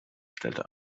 stellte